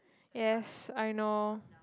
yes I know